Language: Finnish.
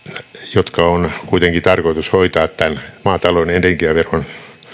jotka on kuitenkin tarkoitus hoitaa maatalouden energiaveron